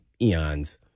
eons